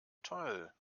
toll